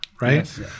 right